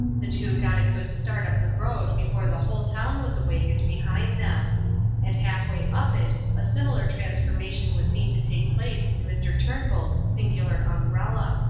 the two got a good start up the road before the whole town was awakened behind them and half-way up it a similar transformation was seen to take place in mr. turnbull's singular umbrella.